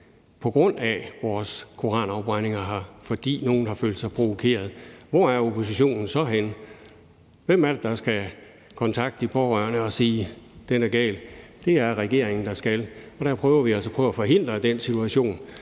på grund af koranafbrændinger, fordi nogen har følt sig provokeret, hvor er oppositionen så henne? Hvem er det, der skal kontakte de pårørende og sige: Den er gal? Det er regeringen, der skal det, og der prøver vi altså at forhindre den situation.